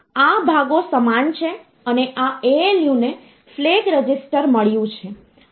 તેથી આ ભાગો સમાન છે અને આ ALU ને ફ્લેગ રજિસ્ટર મળ્યું છે